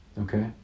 okay